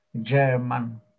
German